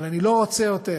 אבל אני לא רוצה יותר